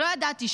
שלא ידעתי,